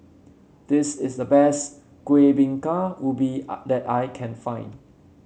this is the best Kuih Bingka Ubi that I can find